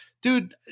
dude